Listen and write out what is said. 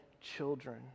children